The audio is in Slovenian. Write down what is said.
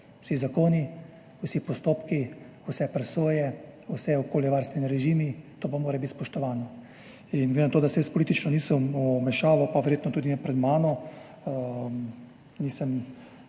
vsi zakoni, vsi postopki, vse presoje, vsi okoljevarstveni režimi. To pa mora biti spoštovano. Glede na to, da se jaz politično nisem vmešaval, pa verjetno tudi ne pred mano,